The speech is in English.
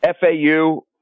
FAU –